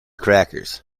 crackers